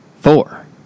Four